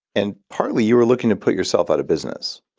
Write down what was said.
and partly you were looking to put yourself out of business.